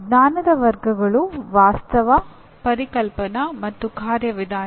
ಜ್ಞಾನದ ವರ್ಗಗಳು ವಾಸ್ತವ ಪರಿಕಲ್ಪನಾ ಮತ್ತು ಕಾರ್ಯವಿಧಾನ